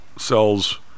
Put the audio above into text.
sells